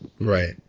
Right